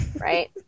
Right